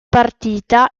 partita